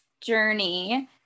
journey